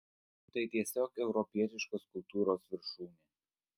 tai tiesiog europietiškos kultūros viršūnė